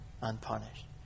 Unpunished